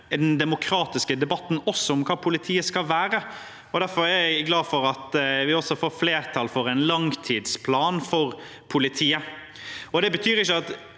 den demokratiske debatten også om hva politiet skal være. Derfor er jeg glad for at vi får flertall for en langtidsplan for politiet. Det betyr ikke at